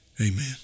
Amen